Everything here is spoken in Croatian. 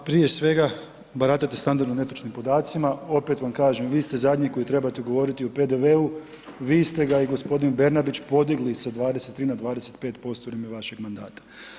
Pa prije svega, baratate standardno netočnim podacima, opet vam kažem, vi ste zadnji koji trebate govoriti o PDV-u vi ste ga i gospodin Bernardić podigli sa 23 na 25% u vrijeme vašeg mandata.